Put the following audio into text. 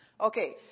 Okay